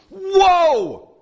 Whoa